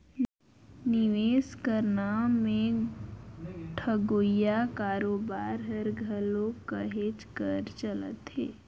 निवेस कर नांव में ठगोइया कारोबार हर घलो कहेच कर चलत हे